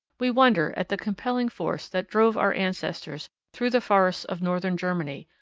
we wonder at the compelling force that drove our ancestors through the forests of northern germany,